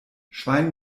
schwein